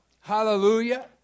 Hallelujah